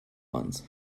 ones